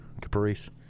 Caprice